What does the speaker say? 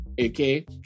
okay